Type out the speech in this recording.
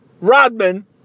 Rodman